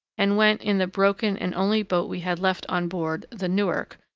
and went in the broken and only boat we had left on board the newark,